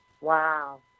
Wow